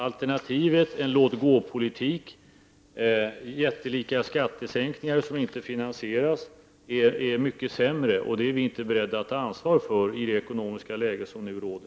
Alternati vet — en låt-gå-politik och jättelika skattesänkningar som inte finansieras — är mycket sämre. Det är vi inte beredda att ta ansvar för i det ekonomiska läge som nu råder.